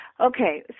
Okay